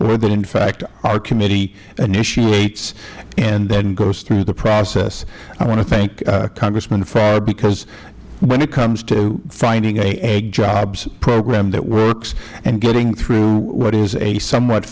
or that in fact our committee initiates and then goes through the process i want to thank congressman farr because when it comes to finding an agjobs program that works and getting through what is a somewhat